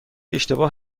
اشتباه